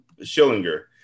Schillinger